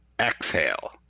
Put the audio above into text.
Exhale